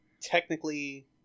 Technically